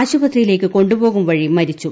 ആശുപത്രിയിലേയ്ക്കു കൊണ്ടുപോകും വഴി മരിച്ചു